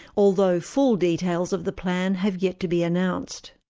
although full details of the plan have yet to be announced.